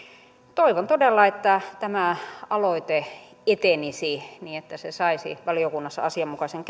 toivon todella että tämä aloite etenisi niin että se saisi valiokunnassa asianmukaisen